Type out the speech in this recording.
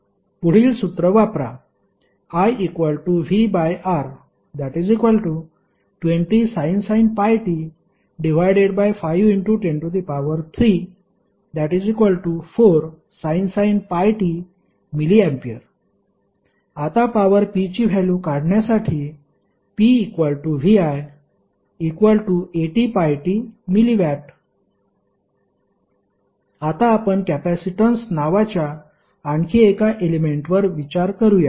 पुढील सूत्र वापरा ivR20sin πt 51034sin πt mA आता पॉवर p ची व्हॅल्यू काढण्यासाठी pvi80πt mW आता आपण कॅपेसिटन्स नावाच्या आणखी एका एलेमेंटवर विचार करूया